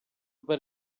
per